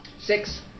Six